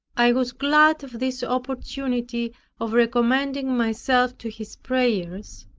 i was glad of this opportunity of recommending myself to his prayers.